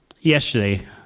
yesterday